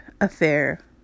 affair